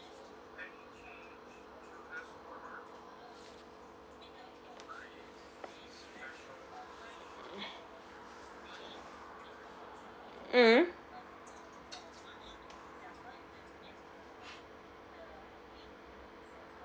mm